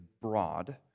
broad